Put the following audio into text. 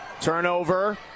Turnover